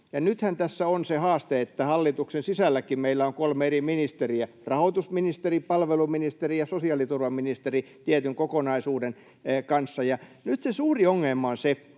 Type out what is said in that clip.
nythän tässä on se haaste, että hallituksen sisälläkin meillä on kolme eri ministeriä — rahoitusministeri, palveluministeri ja sosiaaliturvaministeri — tietyn kokonaisuuden kanssa. Nyt se suuri ongelma on se,